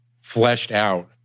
fleshed-out